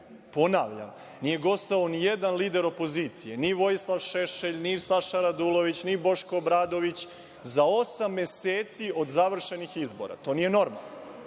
ponavljam, nije gostovao nijedan lider opozicije, ni Vojislav Šešelj, ni Saša Radulović, ni Boško Obradović, za osam meseci od završenih izbora. To nije normalno. Ali,